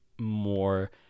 more